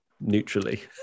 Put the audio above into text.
neutrally